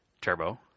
turbo